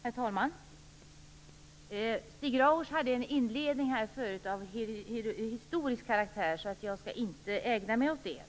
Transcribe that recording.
Herr talman! Stig Grauers gjorde tidigare här en inledning av historisk karaktär, så jag skall inte ägna mig åt det.